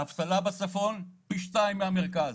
האבטלה בצפון היא פי שניים מהמרכז.